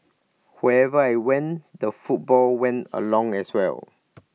who every I went the football went along as well